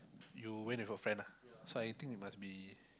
you went with your friend ah so I think it must be